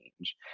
change